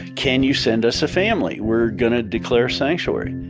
can you send us a family? we're going to declare sanctuary.